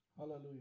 Hallelujah